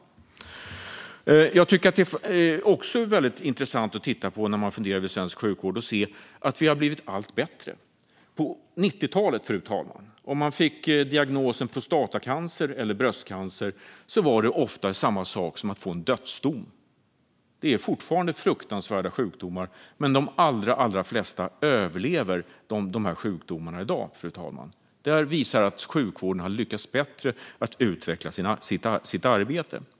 När man funderar över svensk sjukvård är det också mycket intressant att se att vi har blivit allt bättre. Fru talman! Om man på 1990-talet fick diagnosen prostatacancer eller bröstcancer var det ofta samma sak som att få en dödsdom. Det är fortfarande fruktansvärda sjukdomar, men de allra flesta överlever dessa sjukdomar i dag. Detta visar att sjukvården har lyckats bättre med att utveckla sitt arbete.